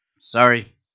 sorry